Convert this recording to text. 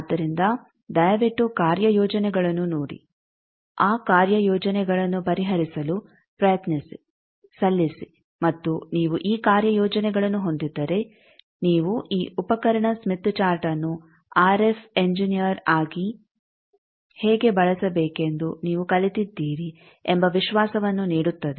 ಆದ್ದರಿಂದ ದಯವಿಟ್ಟು ಕಾರ್ಯಯೋಜನೆಗಳನ್ನು ನೋಡಿ ಆ ಕಾರ್ಯಯೋಜನೆಗಳನ್ನು ಪರಿಹರಿಸಲು ಪ್ರಯತ್ನಿಸಿ ಸಲ್ಲಿಸಿ ಮತ್ತು ನೀವು ಈ ಕಾರ್ಯಯೋಜನೆಗಳನ್ನು ಹೊಂದಿದ್ದರೆ ನೀವು ಈ ಉಪಕರಣ ಸ್ಮಿತ್ ಚಾರ್ಟ್ಅನ್ನು ಆರ್ಎಫ್ ಇಂಜಿನಿಯರ್ಆಗಿ ಹೇಗೆ ಬಳಸಬೇಕೆಂದು ನೀವು ಕಲಿತಿದ್ದೀರಿ ಎಂಬ ವಿಶ್ವಾಸವನ್ನು ನೀಡುತ್ತದೆ